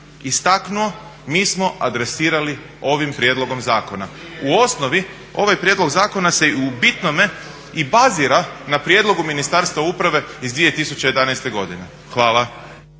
istaknuo mi smo adresirali ovim prijedlogom zakona. U osnovi ovaj prijedlog zakona se u bitnome i bazira na prijedlogu Ministarstva uprave iz 2011. godine. Hvala.